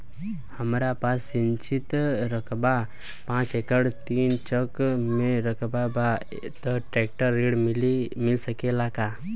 हमरा पास सिंचित रकबा पांच एकड़ तीन चक में रकबा बा त ट्रेक्टर ऋण मिल सकेला का?